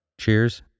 Cheers